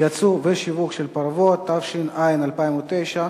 ייצוא ושיווק של פרוות), התש"ע 2009,